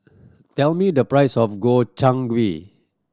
tell me the price of Gobchang Gui